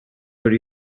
for